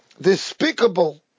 despicable